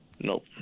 Nope